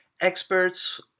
experts